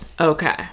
okay